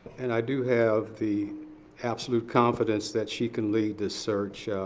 and i do have the absolute confidence that she can lead this search